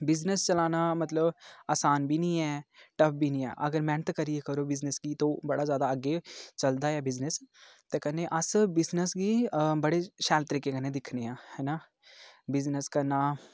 business चलाना मतलब असान बी निं ऐ टफ बी निं ऐ अगर मैह्नत करियै करो बिज़नेस गी ते ओह् बड़ा ज्यादा अग्गें चलदा ऐ बिज़नेस ते कन्नै अस बिज़नेस गी बड़े शैल तरीके कन्नै दिक्खने आं ऐ हैना बिज़नेस करना